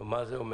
זה אומר